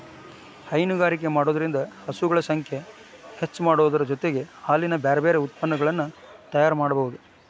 ಹೈನುಗಾರಿಕೆ ಮಾಡೋದ್ರಿಂದ ಹಸುಗಳ ಸಂಖ್ಯೆ ಹೆಚ್ಚಾಮಾಡೋದರ ಜೊತೆಗೆ ಹಾಲಿನ ಬ್ಯಾರಬ್ಯಾರೇ ಉತ್ಪನಗಳನ್ನ ತಯಾರ್ ಮಾಡ್ಬಹುದು